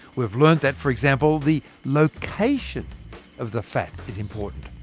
we've learnt that, for example, the location of the fat is important.